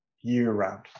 year-round